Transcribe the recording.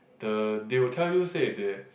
the they will tell you said they